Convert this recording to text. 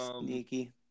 Sneaky